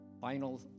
final